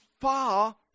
far